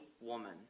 woman